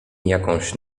jakąś